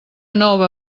nova